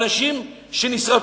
שבה אנשים שנשרפים,